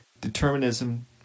determinism